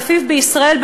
שלפיו בישראל,